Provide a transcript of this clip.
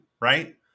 right